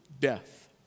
death